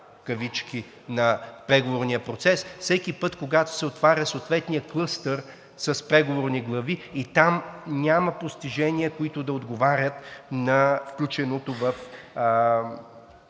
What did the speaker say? вета на преговорния процес всеки път, когато се отваря съответният клъстер с преговорни глави и там няма постижения, които да отговарят на включеното в